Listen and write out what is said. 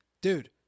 Dude